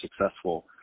successful